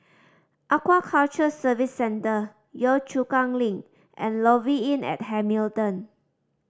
Aquaculture Services Centre Yio Chu Kang Link and Lofi Inn at Hamilton